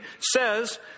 says